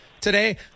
today